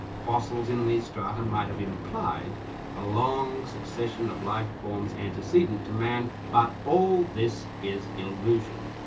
fossils in these strata and might have implied a long succession of life forms antecedent to man. but all this is illusion.